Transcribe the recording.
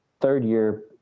third-year